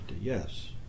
yes